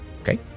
Okay